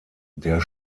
der